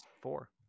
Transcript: Four